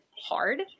hard